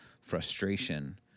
frustration